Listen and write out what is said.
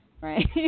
right